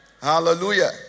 Hallelujah